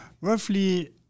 roughly